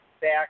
back